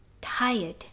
tired